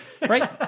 Right